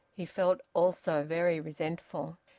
he felt also very resentful,